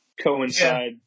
coincide